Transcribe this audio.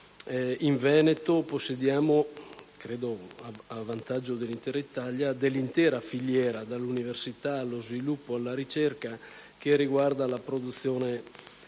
in Veneto possediamo, credo a vantaggio di tutta l'Italia, dell'intera filiera (dall'università allo sviluppo, alla ricerca) che riguarda la produzione di